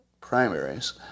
primaries